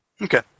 Okay